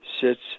sits